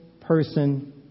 person